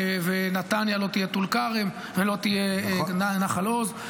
ונתניה לא תהיה נחל עוז.